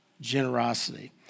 Generosity